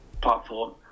platform